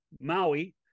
Maui